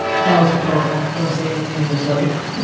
that was rhetorical. do you want to say anything or just let it go?